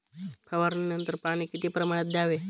फवारणीनंतर पाणी किती प्रमाणात द्यावे?